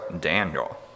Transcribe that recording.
Daniel